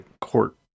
court